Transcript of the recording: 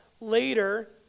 later